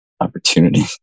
opportunity